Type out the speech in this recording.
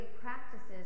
practices